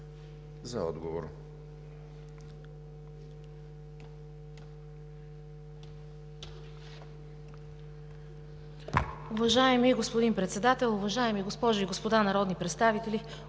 НИКОЛОВА: Уважаеми господин Председател, уважаеми госпожи и господа народни представители!